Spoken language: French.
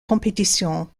compétition